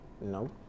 No